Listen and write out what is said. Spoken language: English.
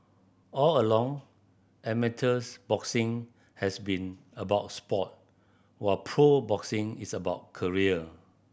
all along amateurs boxing has been about sport while pro boxing is about career